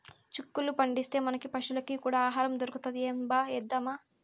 చిక్కుళ్ళు పండిస్తే, మనకీ పశులకీ కూడా ఆహారం దొరుకుతది ఏంబా ఏద్దామా